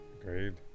Agreed